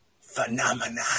Phenomena